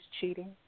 cheating